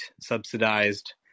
subsidized